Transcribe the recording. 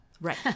Right